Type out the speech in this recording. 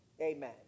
Amen